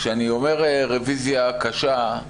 כשאני אומר רביזיה קשה,